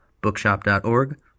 bookshop.org